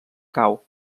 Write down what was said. cau